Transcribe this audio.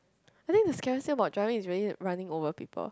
I think the scariest thing about driving is really running over people